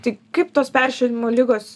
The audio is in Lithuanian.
tai kaip tos peršalimo ligos